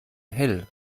hell